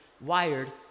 wired